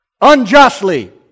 unjustly